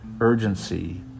urgency